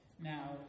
Now